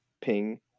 ping